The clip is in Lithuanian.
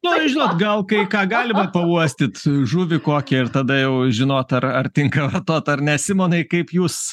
nu žinot gal kai ką galima pauostyt žuvį kokį ir tada jau žinot ar ar tinka kvatot ar ne simonai kaip jūs